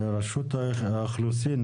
רשות האוכלוסין,